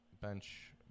bench